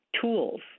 tools